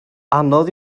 anodd